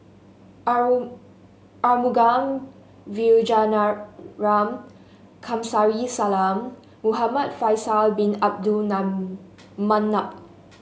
Arumugam Vijiaratnam Kamsari Salam Muhamad Faisal Bin Abdul Manap